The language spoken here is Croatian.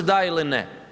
Da ili ne?